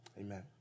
Amen